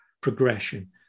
progression